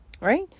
right